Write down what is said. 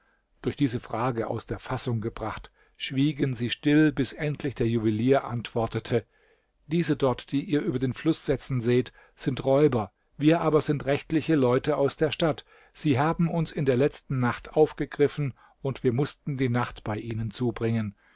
durch diese frage aus der fassung gebracht schwiegen sie still bis endlich der juwelier antwortete diese dort die ihr über den fluß setzen seht sind räuber wir aber sind rechtliche leute aus der stadt sie haben uns in der letzten nacht aufgegriffen und wir mußten die nacht bei ihnen zubringen